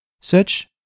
Search